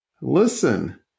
Listen